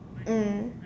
mm